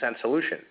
solution